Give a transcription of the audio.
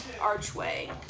archway